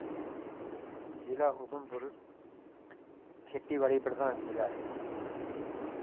जिला उधमपुर खेती बाड़ी प्रधान जिला ऐ